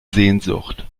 sehnsucht